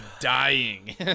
dying